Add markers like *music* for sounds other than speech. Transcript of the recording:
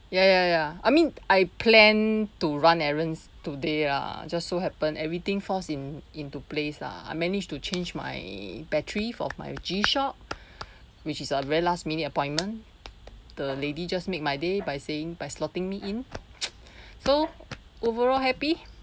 ya ya ya ya I mean I plan to run errands today lah just so happened everything falls in into place lah I managed to change my battery for my G shock which is a very last minute appointment the lady just make my day by saying by slotting me in *noise* so overall happy